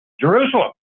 Jerusalem